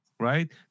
right